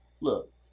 look